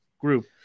group